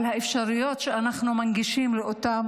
על האפשרויות שאנחנו מנגישים לאותם